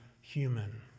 human